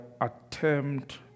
attempt